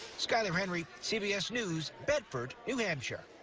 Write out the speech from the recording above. skyler henry cbs news, bedford, new hampshire.